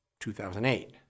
2008